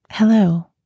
Hello